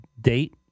date